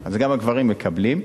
אז גם הגברים מקבלים.